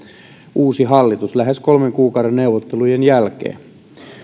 uusi hallitus lähes kolmen kuukauden neuvottelujen jälkeen